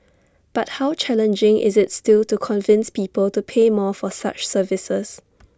but how challenging is IT still to convince people to pay more for such services